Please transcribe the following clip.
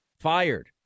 fired